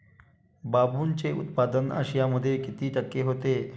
बांबूचे उत्पादन आशियामध्ये किती टक्के होते?